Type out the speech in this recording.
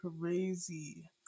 crazy